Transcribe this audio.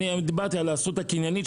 אני היום דיברתי על הזכות הקניינית,